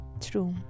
True